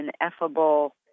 ineffable